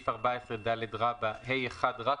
14ד(ה)(1)(ג)